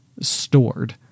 stored